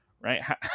right